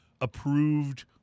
approved